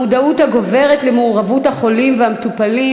המודעות הגוברת למעורבות החולים והמטופלים